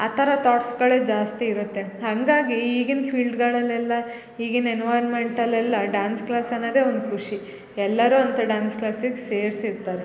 ಆ ಥರ ತಾಟ್ಸ್ಗಳೆ ಜಾಸ್ತಿ ಇರುತ್ತೆ ಹಾಗಾಗಿ ಈಗಿನ ಫೀಲ್ಡ್ಗಳೆಲ್ಲ ಈಗಿನ ಎನ್ವಿರ್ನ್ಮೆಂಟ್ ಎಲ್ಲ ಡಾನ್ಸ್ ಕ್ಲಾಸ್ ಅನ್ನದೇ ಒಂದು ಖುಷಿ ಎಲ್ಲರು ಅಂತ ಡಾನ್ಸ್ ಕ್ಲಾಸಿಗ್ ಸೇರ್ಸಿರ್ತಾರೆ